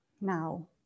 Now